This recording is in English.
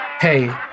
Hey